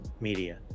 media